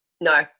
No